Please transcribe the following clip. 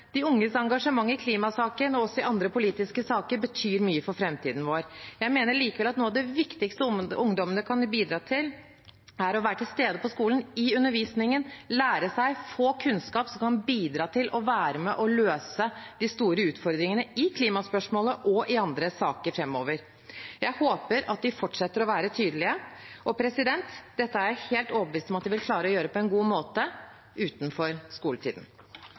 De unges engasjement i klimasaken og også i andre politiske saker betyr mye for framtiden vår. Jeg mener likevel at noe av det viktigste ungdommene kan bidra til, er å være til stede på skolen i undervisningen, lære og få kunnskap som kan bidra til å være med å løse de store utfordringene i klimaspørsmålet og i andre saker framover. Jeg håper at de fortsetter å være tydelige, og dette er jeg helt overbevist om at de vil klare å gjøre på en god måte utenfor skoletiden.